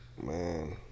Man